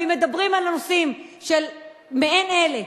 אם מדברים על נושאים מעין אלה,